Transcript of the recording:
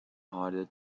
harder